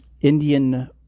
Indian